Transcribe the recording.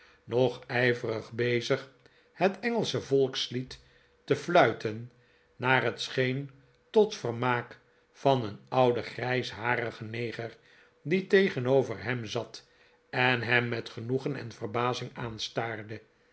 nog ijverig bezig het engelsche volkslied te fluiten naar het scheen tot vermaak van een ouden grijsharigen neger die tegenover hem zat en hem met genoegen en verbazing aanstaarde